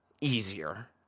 easier